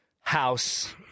house